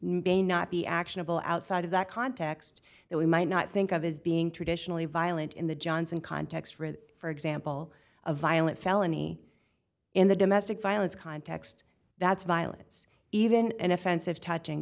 may not be actionable outside of that context that we might not think of as being traditionally violent in the johnson context for example a violent felony in the domestic violence context that's violence even an offensive touching